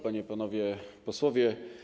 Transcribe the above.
Panie i Panowie Posłowie!